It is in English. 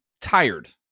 tired